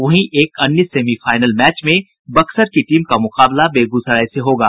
वहीं एक अन्य सेमीफाइनल मैच में बक्सर की टीम का मुकाबला बेगूसराय से होगा